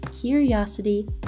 curiosity